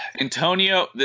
Antonio